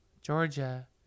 Georgia